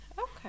okay